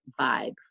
vibe